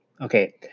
Okay